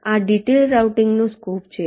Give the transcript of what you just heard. આ ડિટેઇલ્ડ રાઉટીંગનો સ્કોપ છે